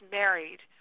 married